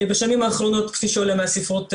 בשנים האחרונות, כפי שעולה מהספרות המקצועית,